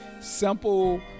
simple